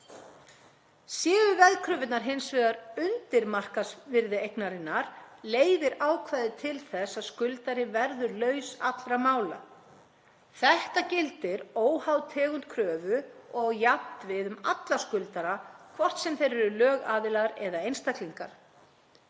Séu veðkröfurnar hins vegar undir markaðsvirði eignarinnar leiðir ákvæðið til þess að skuldari verður laus allra mála. Þetta gildir óháð tegund kröfu og á jafnt við um alla skuldara, hvort sem þeir eru lögaðilar eða einstaklingar.